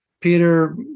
Peter